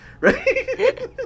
Right